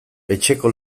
etxeko